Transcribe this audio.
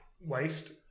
waste